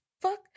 fuck